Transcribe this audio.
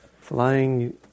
flying